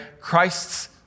Christ's